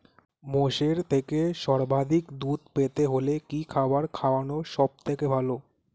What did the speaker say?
মোষের থেকে সর্বাধিক দুধ পেতে হলে কি খাবার খাওয়ানো সবথেকে ভালো?